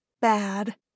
Bad